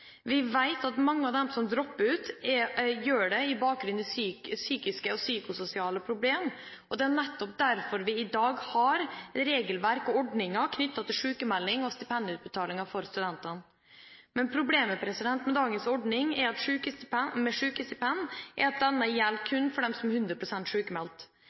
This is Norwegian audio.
Vi vet at mange av dem som dropper ut, gjør det på bakgrunn av psykiske og psykososiale problemer, og det er nettopp derfor vi i dag har regelverk og ordninger knyttet til sykmelding og stipendutbetalinger for studentene. Men problemet med dagens ordning med sykestipend er at denne gjelder kun for dem som er 100 pst. sykmeldt. Vi vet at det er